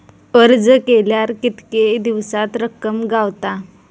अर्ज केल्यार कीतके दिवसात रक्कम गावता?